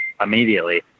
immediately